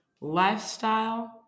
Lifestyle